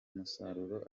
umusaruro